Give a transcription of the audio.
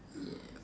ya